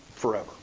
forever